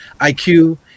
IQ